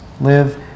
live